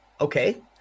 Okay